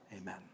amen